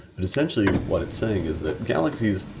and essentially what it's saying is that galaxies,